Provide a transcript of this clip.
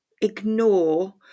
ignore